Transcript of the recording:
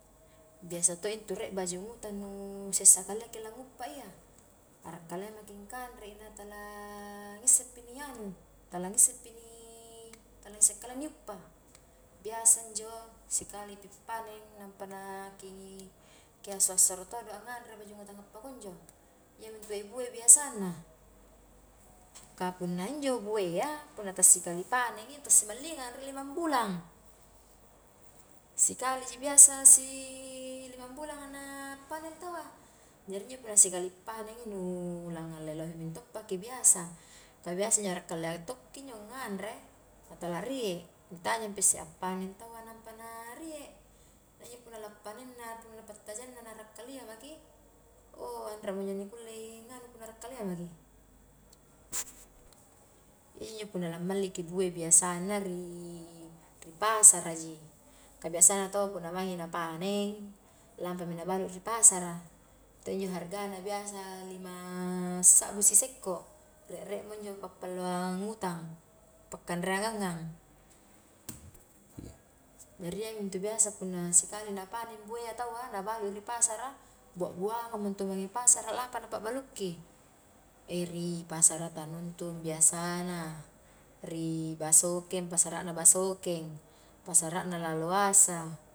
Biasa to intu rie bajung utang nu sessa kaliaki languppa iya, akrak kalia maki kangrei na tala ngissepi ni anu tala ngissepi ni tala nisse kalia ni uppa, biasa injo sikali pi panen nampa na. ki hasso-hassoro todo anganre bajung utang pakunjo, iya mi intu bue-bue biasanna, ka punna injo bue a punna tassikali panen i tassimallingang, rie lima bulang, sikali ji biasa si lima bulanga na panen tau a, jari injo punna sikali panen i nu langngalle lohe minto paki biasa, ka biasa injo akrak kalia tokki injo nganre, na tala rie, ni tajang pisse a panen tau a nampana rie, na injo punna la panennna na pattajangna na akrak kalia maki, ou anre mo injo nikullei nganu punna akrak kalia maki, iyaji injo punna la malliki bue biasanna ri ripasara ji, ka biasana tau punna maingi na panen, lampami na balu ri pasara, to injo haraga biasa lima sabbu sisekko, rie-rie mo injo pappaluang utang pa kanreangangngang, jari ya mintu biasa punna sikali na panen bue na tau a na balu ripasara buabuangangmo intu mange pasara lampa na pa'baluki, e ri pasara tanuntung biasana, ri basokeng pasarana basokeng, pasarana laloasa.